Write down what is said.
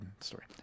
story